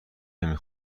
نمی